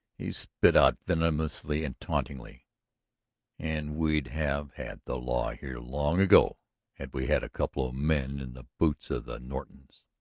he spat out venomously and tauntingly and we'd have had the law here long ago had we had a couple of men in the boots of the nortons,